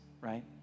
right